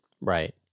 Right